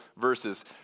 verses